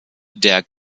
der